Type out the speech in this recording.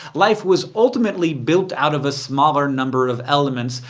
life was ultimately built out of a smaller number of elements,